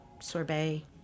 sorbet